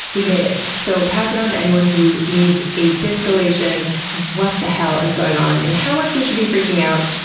we made it. so pass it on to anyone who needs a distillation of what the hell is going on, and how much we should be freaking out.